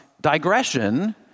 digression